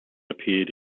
appeared